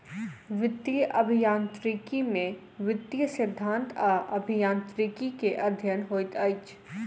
वित्तीय अभियांत्रिकी में वित्तीय सिद्धांत आ अभियांत्रिकी के अध्ययन होइत अछि